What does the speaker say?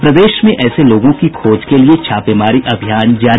प्रदेश में ऐसे लोगों की खोज के लिये छापेमारी अभियान जारी